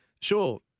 Sure